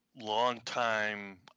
longtime